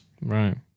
Right